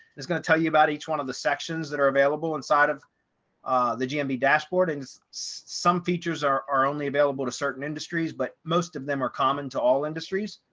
there's going to tell you about each one of the sections that are available inside of the gmb dashboard. and some features are are only available to certain industries, but most of them are common to all industries.